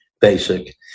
basic